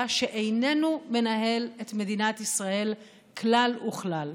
שאיננו מנהל את מדינת ישראל כלל וכלל.